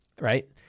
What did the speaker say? right